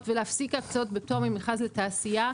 ולהפסיק הקצאות בפטור ממכרז לתעשייה,